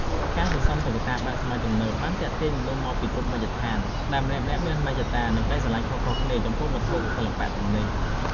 ការសន្សំតុក្កតាបែបសម័យទំនើបបានទាក់ទាញមនុស្សមកពីគ្រប់មជ្ឈដ្ឋាន ដែលម្នាក់ៗមានមហិច្ឆតា និងក្ដីស្រឡាញ់ខុសៗគ្នាចំពោះវត្ថុសិល្បៈទាំងនេះ។